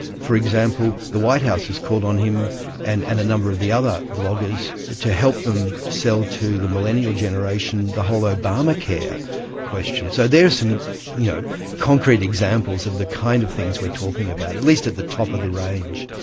for example, the white house has called on him and and a number of the other vloggers to help them sell to the millennial generation the whole obamacare question. so there are some you know concrete examples of the kind of things we talking about, at least at the top of the range.